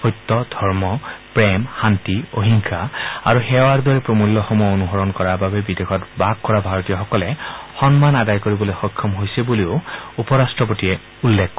সত্য ধৰ্ম প্ৰেম শান্তি অহিংসা আৰু সেৱাৰ দৰে প্ৰমল্যসমূহ অনুসৰণ কৰাৰ বাবেই বিদেশত বাস কৰা ভাৰতীয়সকলে সন্মান আদায় কৰিবলৈ সক্ষম হৈছে বুলিও উপৰাট্টপতিগৰাকীয়ে উল্লেখ কৰে